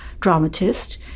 dramatist